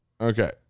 Okay